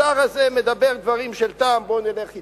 השר הזה מדבר דברים של טעם, בוא נלך אתו.